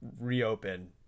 reopen